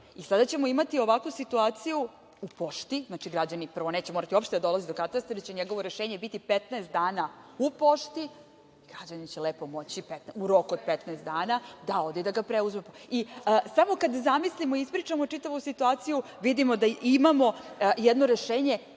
ćemo imati ovakvu situaciju u pošti. Znači, građani prvo neće morati uopšte da dolaze do Katastra jer će njegovo rešenje biti 15 dana u pošti, građani će lepo moći u roku od 15 dana da odu i da ga preuzmu. Samo kad zamislimo i ispričamo čitavu situaciju, vidimo da imamo jedno rešenje